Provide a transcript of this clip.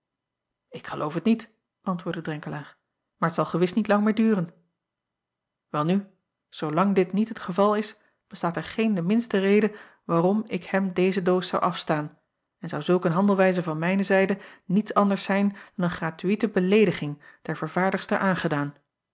k geloof het niet antwoordde renkelaer maar t zal gewis niet lang meer duren elnu zoolang dit niet het geval is bestaat er geen de minste reden waarom ik hem deze doos zou afstaan en zou zulk een handelwijze van mijne zijde niets anders zijn dan een gratuïete beleediging der vervaardigster aangedaan